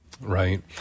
Right